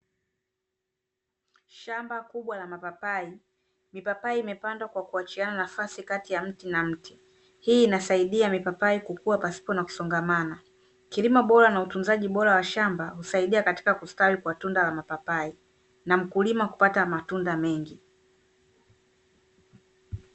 Shamba kubwa la mapapai. Mipapai imepandwa kwa kuachiana nafasi kati ya mti na mti. Hii inasaidia mipapai kukua pasipo na kusongamana. Kilimo bora na utunzaji bora wa shamba husaidia katika kustawi kwa tunda la mapapai na mkulima kupata matunda mengi.